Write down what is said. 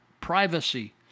privacy